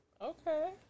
Okay